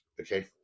Okay